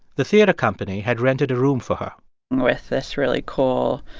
the theater company had rented a room for her with this really cool